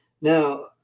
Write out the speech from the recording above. Now